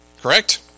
Correct